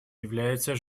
является